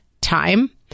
time